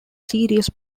serious